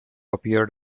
appeared